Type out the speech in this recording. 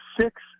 six